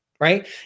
Right